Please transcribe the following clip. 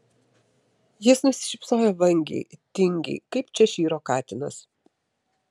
jis nusišypsojo vangiai tingiai kaip češyro katinas